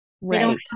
Right